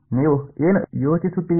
ನೀವು ಏನು ಯೋಚಿಸುತ್ತೀರಿ